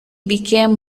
became